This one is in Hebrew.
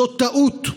זאת טעות.